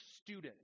student